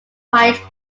white